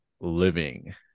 Living